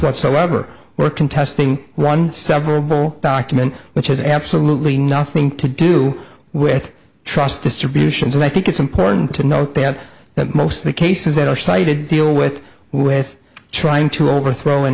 whatsoever we're contesting one separable document which has absolutely nothing to do with trust distributions and i think it's important to note that most of the cases that are cited deal with with trying to overthrow an